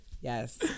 Yes